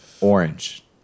Orange